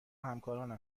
همکارانم